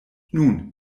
nun